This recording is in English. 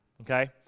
okay